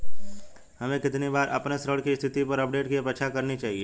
हमें कितनी बार अपने ऋण की स्थिति पर अपडेट की अपेक्षा करनी चाहिए?